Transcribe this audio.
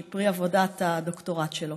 שהיא פרי עבודת הדוקטורט שלו.